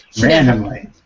Randomly